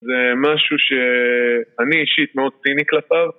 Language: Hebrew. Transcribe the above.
זה משהו שאני אישית מאוד ציני כלפיו